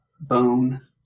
bone